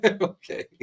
Okay